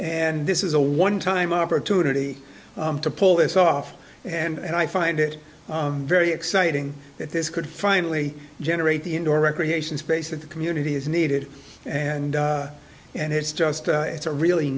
and this is a one time opportunity to pull this off and i find it very exciting that this could finally generate the indoor recreation space that the community is needed and and it's just it's a really